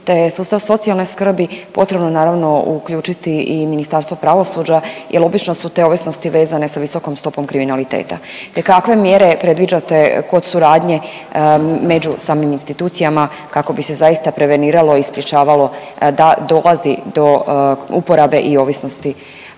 te sustav socijalne skrbi potrebno je naravno uključiti i Ministarstvo pravosuđa jer obično su te ovisnosti vezane sa visokom stopom kriminaliteta te kakve mjere predviđate kod suradnje među samim institucijama kako bi se zaista preveniralo i sprječavalo da dolazi do uporabe i ovisnosti